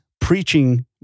preaching